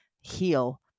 heal